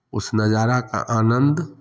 उस नज़ारा का आनंद